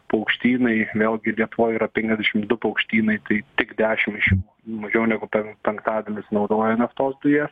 paukštynai vėlgi lietuvoj yra penkiasdešim du paukštynai tai tik dešim iš jų mažiau negu pen penktadalis naudoja naftos dujas